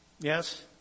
Yes